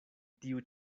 tiu